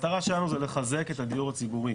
המטרה שלנו היא לחזק את הדיור הציבורי.